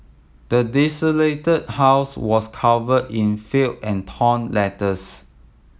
the desolated house was covered in filth and torn letters